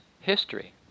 history